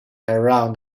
around